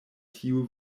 tiu